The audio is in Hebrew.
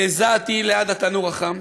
והזעתי ליד התנור החם,